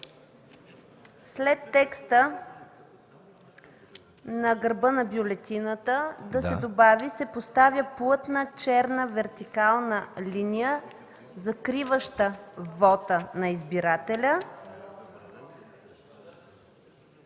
след текста на гърба на бюлетината да се добави „се поставя плътна черна вертикална линия, закриваща вота на избирателя”.